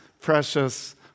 precious